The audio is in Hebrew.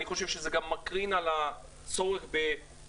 אני חושב שזה גם מקרין על הצורך בחובות